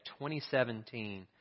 2017